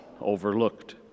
overlooked